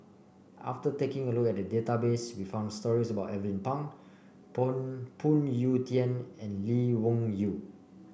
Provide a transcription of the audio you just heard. after taking a look at the database we found stories about Alvin Pang Phoon Phoon Yew Tien and Lee Wung Yew